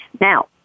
Now